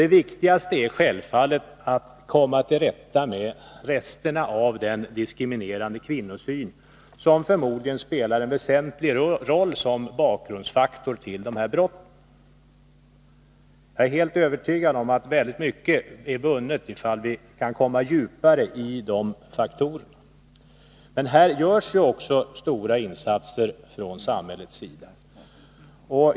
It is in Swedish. Det viktigaste är självfallet att vi kommer till rätta med resterna av den diskriminerande kvinnosyn som förmodligen spelar en väsentlig roll som bakgrundsfaktor vid dessa brott. Jag är helt övertygad om att väldigt mycket är vunnet om vi kan komma längre när det gäller dessa faktorer. Här görs också stora insatser från samhällets sida.